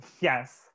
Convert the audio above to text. Yes